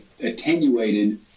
attenuated